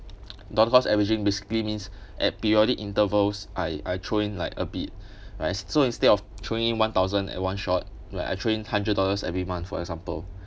dollar cost averaging basically means at periodic intervals I I throw in like a bit right so instead of throwing in one thousand at one shot like I'm throw in hundred dollars every month for example